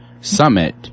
Summit